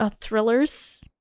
Thrillers